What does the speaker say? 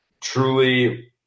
truly